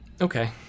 okay